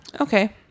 Okay